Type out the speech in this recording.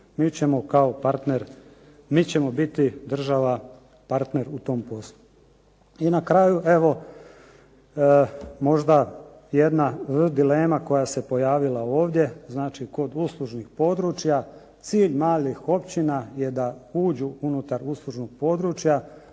mi ćemo biti država partner u tom poslu. I na kraju, evo možda jedna dilema koja se pojavila ovdje, znači kod uslužnih područja cilj malih općina je da uđu unutar uslužnog područja